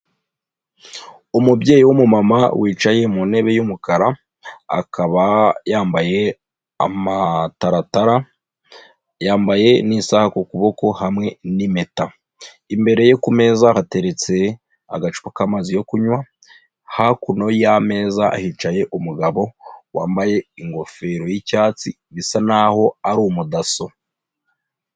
Umubyeyi wumumama wicaye mu ntebe yumukara, akaba yambaye amataratara, yambaye ni'isaha ku kuboko hamwe nimpeta. imbere ye kumeza hateretse agacupa k'amazi yo kunywa, hakuno y'ameza hicaye umugabo wambaye ingofero yi'icyatsi bisa naho ari umudaso.